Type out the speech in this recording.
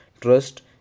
Trust